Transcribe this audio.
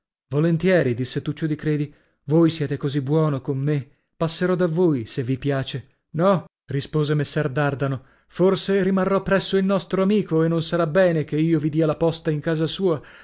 volentieri disse tuccio di credi voi siete così buono con me passerò da voi se vi piace no rispose messer dardano forse rimarrò presso il nostro amico e non sarà bene che io vi dia la posta in casa sua